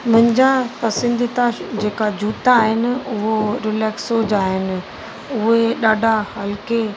मुंहिंजा पसंदीदा जेका जूता आहिनि वो रिलेक्सो जा आहिनि उहे ॾाढे हल्के